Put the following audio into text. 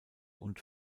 und